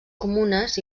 comunes